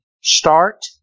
start